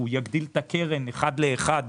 הוא יגדיל את הקרן אחד לאחד,